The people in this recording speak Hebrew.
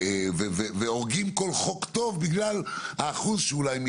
והורגים כול חוק טוב בגלל האחוז שאולי...